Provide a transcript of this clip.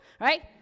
right